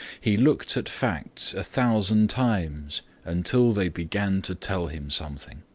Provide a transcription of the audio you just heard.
he looked at facts a thousand times until they began to tell him something.